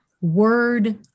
word